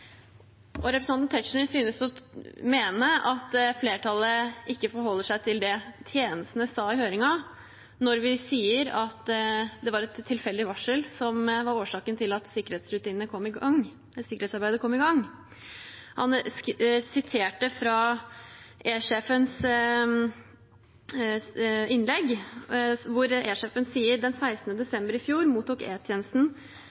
Representanten Tetzschner synes å mene at flertallet ikke forholder seg til det tjenestene sa i høringen, når vi sier at det var et tilfeldig varsel som var årsaken til at sikkerhetsarbeidet kom i gang. Han siterte fra E-sjefens innlegg, hvor E-sjefen sier: